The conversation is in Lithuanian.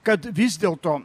kad vis dėlto